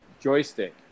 joystick